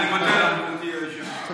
אני מודה לך, גברתי היושבת-ראש.